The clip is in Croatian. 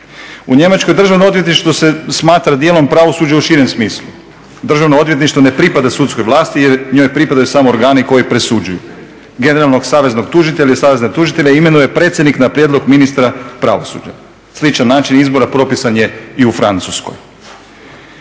U Njemačkoj državno odvjetništvo se smatra dijelom pravosuđa u širem smislu, državno odvjetništvo ne pripada sudskoj vlasti jer njoj pripadaju samo organi koji presuđuju generalnog saveznog tužitelja i savezne tužitelje imenuje predsjednik na prijedlog ministra pravosuđa. Sličan način izbora propisan je i u Francuskoj.